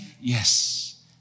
Yes